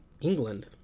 England